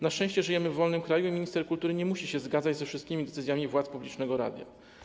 Na szczęście żyjemy w wolnym kraju i minister kultury nie musi się zgadzać ze wszystkimi decyzjami władz publicznego radia.